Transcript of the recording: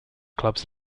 clubs